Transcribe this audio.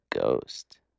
Ghost